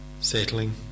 settling